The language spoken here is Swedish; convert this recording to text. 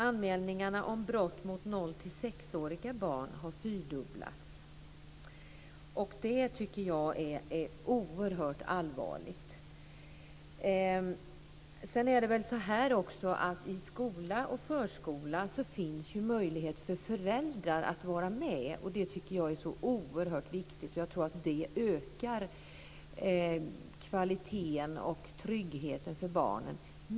Anmälningarna om brott mot barn i 0-6 årsåldern har fyrdubblats, och det tycker jag är oerhört allvarligt. I skolan och förskolan finns det ju möjlighet för föräldrar att vara med, och det tycker jag är så oerhört viktigt. Och jag tror att det ökar kvaliteten och tryggheten för barnen.